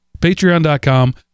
Patreon.com